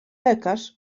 lekarz